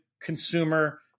consumer